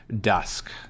dusk